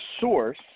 source